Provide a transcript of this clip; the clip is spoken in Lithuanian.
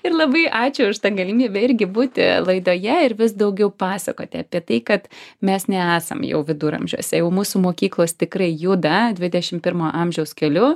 ir labai ačiū už tą galimybę irgi būti laidoje ir vis daugiau pasakoti apie tai kad mes nesam jau viduramžiuose jau mūsų mokyklos tikrai juda dvidešim pirmo amžiaus keliu